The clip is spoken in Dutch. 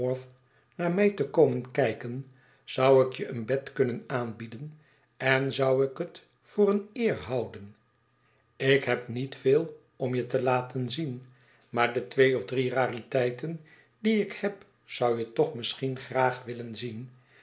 naar mij te komen kijken zou ik je een bed kunnen aanbieden en zou ik het voor eene eer houden ik heb niet veel om je te laten zien maar de twee of drie rariteiten die ik heb zou je toch misschien graag willen zien